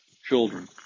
children